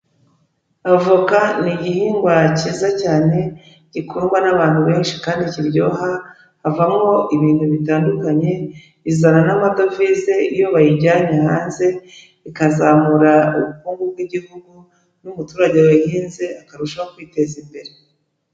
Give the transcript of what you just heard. Avoka ni igihingwa cyiza cyane gikundwa n'abantu benshi, kandi kiryoha, havamo ibintu bitandukanye, izana n'amadovize iyo bayijyanye hanze, ikazamura ubukungu bw'igihugu n'umuturage wayihinze akarushaho kwiteza imbere.